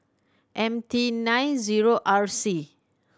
M T nine zero R C